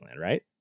right